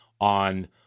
on